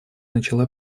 начала